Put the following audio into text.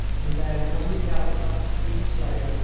and then, as we galloped up a steep slope,